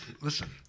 Listen